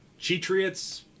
Cheatriots